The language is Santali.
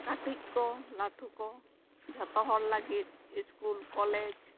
ᱠᱟᱹᱴᱤᱡ ᱠᱚ ᱞᱟᱹᱴᱩ ᱠᱚ ᱡᱷᱚᱛᱚ ᱦᱚᱲ ᱞᱟᱹᱜᱤᱫ ᱤᱥᱠᱩᱞ ᱠᱚᱞᱮᱡᱽ